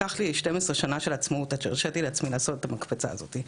לקחו לי 12 שנים של עצמאות עד שהרשיתי לעצמי לעשות את הצעד הזה.